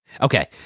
Okay